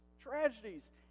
tragedies